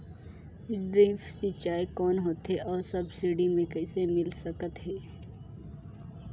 Drip सिंचाई कौन होथे अउ सब्सिडी मे कइसे मिल सकत हे?